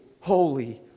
holy